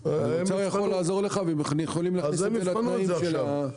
האוצר יכול לעזור לך ולהכניס את זה לתנאים --- הם יבחנו את זה עכשיו,